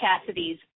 Cassidy's